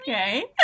Okay